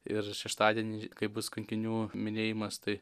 ir šeštadienį kai bus kankinių minėjimas tai